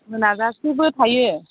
मोनाजासेबो थायो